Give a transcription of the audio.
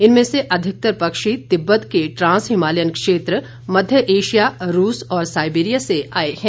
इनमें से अधिकतर पक्षी तिब्बत के ट्रांस हिमालयन क्षेत्र मध्य एशिया रूस और साईबेरियां से आए है